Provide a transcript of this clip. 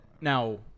Now